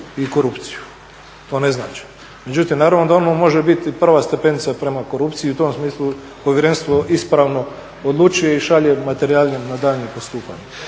i korupciju, to ne znači, međutim naravno da odmah može biti prva stepenica prema korupciji i u tom smislu povjerenstvo ispravno odlučuje i šalje materijale dalje na postupanje.